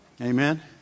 Amen